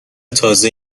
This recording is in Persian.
تازه